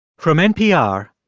from npr,